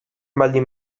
baldin